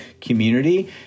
community